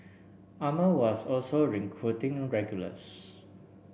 armour was also recruiting regulars